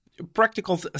practical